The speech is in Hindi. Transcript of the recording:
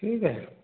ठीक है